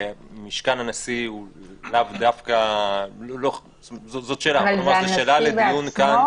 משכן הנשיא זאת שאלה לדיון כאן.